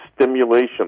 stimulation